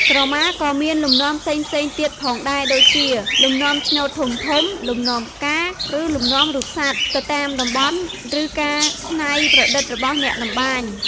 ក្រមាក៏មានលំនាំផ្សេងៗទៀតផងដែរ ដូចជា លំនាំឆ្នូតធំៗ លំនាំផ្កា ឬលំនាំរូបសត្វ ទៅតាមតំបន់ ឬការច្នៃប្រឌិតរបស់អ្នកតម្បាញ។